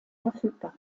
verfügbar